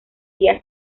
día